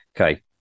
Okay